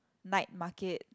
night market